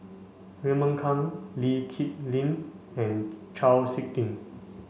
Raymond Kang Lee Kip Lin and Chau Sik Ting